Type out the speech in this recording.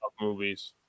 movies